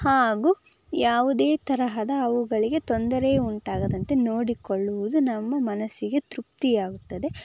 ಹಾಗೂ ಯಾವುದೇ ತರಹದ ಅವುಗಳಿಗೆ ತೊಂದರೆ ಉಂಟಾಗದಂತೆ ನೋಡಿಕೊಳ್ಳುವುದು ನಮ್ಮ ಮನಸ್ಸಿಗೆ ತೃಪ್ತಿಯಾಗುತ್ತದೆ